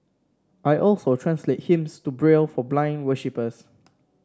I also translate hymns to Braille for blind worshippers